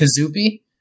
Kazupi